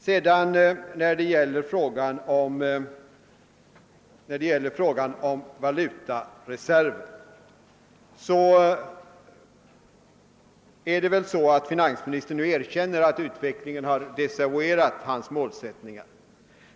Vad gäller valutareserven erkänner tydligen finansministern nu att utvecklingen har desavuerat hans målsättningar.